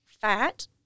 fat